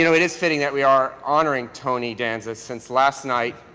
you know it is fitsing that we are honoring tony danza since last night,